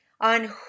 on